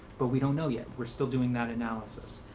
but we don't know yet. we're still doing that analysis.